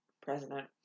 President